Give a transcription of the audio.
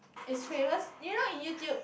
is famous you know in YouTube